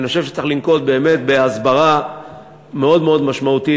אני חושב שצריך לנקוט הסברה מאוד משמעותית.